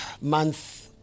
month